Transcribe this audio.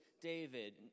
David